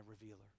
revealer